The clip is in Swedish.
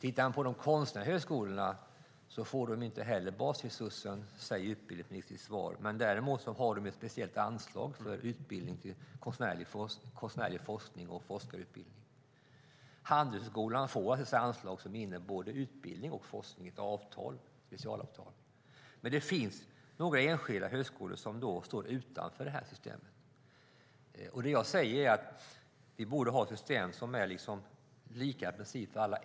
Inte heller de konstnärliga högskolorna får basresursen, säger utbildningsministern i svaret, men däremot har de ett speciellt anslag för konstnärlig forskning och forskarutbildning. Handelshögskolan får anslag för både utbildning och forskning i ett specialavtal. Men det finns några enskilda högskolor som står utanför det här systemet. Det jag säger är att vi borde ha ett system som innebär samma princip för alla.